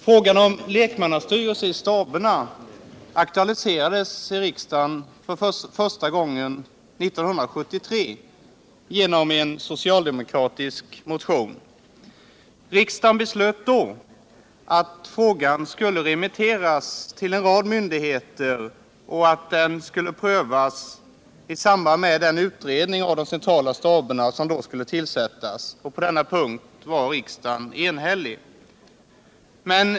Frågan om lekmannastyrelse i staberna aktualiserades i riksdagen första gången 1973 genom en socialdemokratisk motion. Riksdagen beslöt då, efter det att motionen remitterats till en rad myndigheter, att frågan skulle prövas i samband med den utredning av de centrala staberna som skulle tillsättas. På denna punkt var riksdagen enhällig.